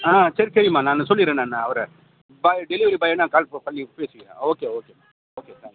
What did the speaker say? ஆ சரி சரிம்மா நான் சொல்லிவிடுறேன் நான் அவரை பாய் டெலிவரி பாயை நான் கால் பண்ணி பேசிக்கிறேன் ஓகே ஓகே ஓகே